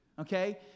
Okay